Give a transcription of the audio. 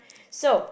so